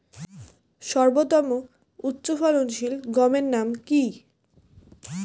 সর্বতম উচ্চ ফলনশীল গমের নাম কি?